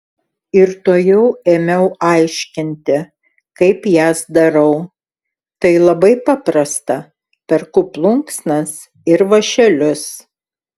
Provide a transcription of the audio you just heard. ir tuojau ėmiau aiškinti kaip jas darau tai labai paprasta perku plunksnas ir vąšelius